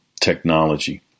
technology